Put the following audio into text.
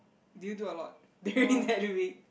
do you do a lot during that week